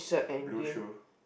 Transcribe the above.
blue shoe